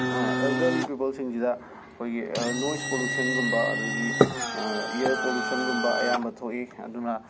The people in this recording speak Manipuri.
ꯑꯦꯜꯗꯔꯂꯤ ꯄꯤꯄꯜꯁꯤꯡꯁꯤꯗ ꯑꯩꯈꯣꯏꯒꯤ ꯅꯣꯏꯁ ꯄꯣꯂꯨꯁꯟꯒꯨꯝꯕ ꯑꯗꯒꯤ ꯏꯌꯔ ꯄꯣꯂꯨꯁꯟꯒꯨꯝꯕ ꯑꯌꯥꯝꯕ ꯊꯣꯛꯏ ꯑꯗꯨꯅ